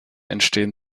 entstehen